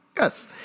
Yes